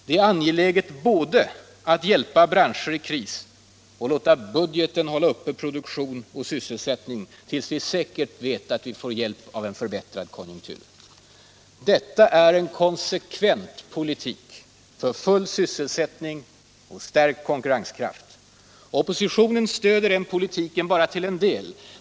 Det är angeläget både att hjälpa branscher i kris och att låta budgeten hålla uppe produktion och sysselsättning till dess vi säkert vet att vi får hjälp av en förbättrad konjunktur. Detta är en konsekvent politik för full sysselsättning och stärkt konkurrenskraft. Oppositionen stöder den politiken bara till en del.